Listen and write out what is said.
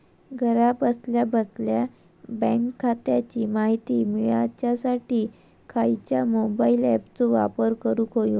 घरा बसल्या बसल्या बँक खात्याची माहिती मिळाच्यासाठी खायच्या मोबाईल ॲपाचो वापर करूक होयो?